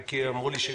כן.